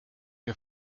ihr